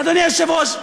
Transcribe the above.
אדוני היושב-ראש,